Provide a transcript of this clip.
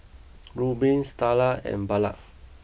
Rubin Starla and Ballard